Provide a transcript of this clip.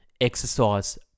Exercise